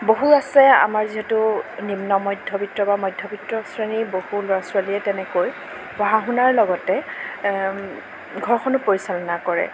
বহু আছে আমাৰ যিহেতু নিম্ন মধ্য়বিত্ত বা মধ্য়বিত্ত শ্ৰেণীৰ বহু ল'ৰা ছোৱালীয়ে তেনেকৈ পঢ়া শুনাৰ লগতে ঘৰখনো পৰিচালনা কৰে